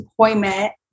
appointment